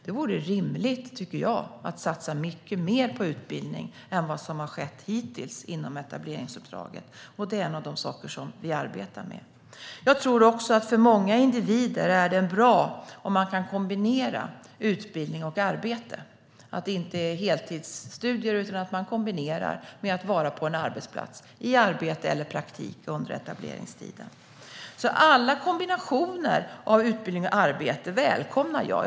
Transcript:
Det vore rimligt, tycker jag, att satsa mycket mer på utbildning än vad som har skett hittills inom etableringsuppdraget, och det är en av de saker som vi arbetar med. Jag tror också att det för många individer är bra om man kan kombinera utbildning och arbete, att det inte är heltidsstudier utan att man kombinerar det med att vara på en arbetsplats, i arbete eller praktik, under etableringstiden. Alla kombinationer av utbildning och arbete välkomnar jag.